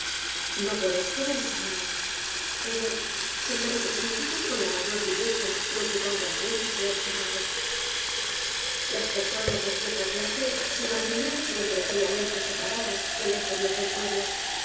no por esto me desanimé pero se me representaba con la mayor viveza lo que tantas veces he observado las personas de cierta clase se mantendrán siempre fríamente separadas de la inferior del pueblo cual